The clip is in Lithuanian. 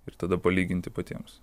ir tada palyginti patiems